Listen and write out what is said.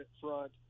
front